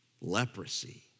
leprosy